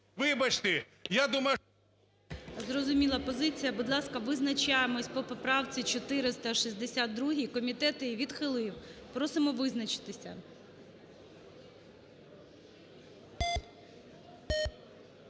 Вибачте, я думаю… ГОЛОВУЮЧИЙ. Зрозуміла позиція. Будь ласка, визначаємося по поправці 462. Комітет її відхилив. Просимо визначитися.